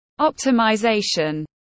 optimization